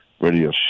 radio